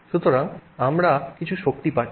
সুতরাং আমরা কিছু শক্তি পাচ্ছি